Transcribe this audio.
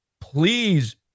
please